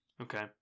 Okay